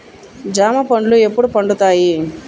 జామ పండ్లు ఎప్పుడు పండుతాయి?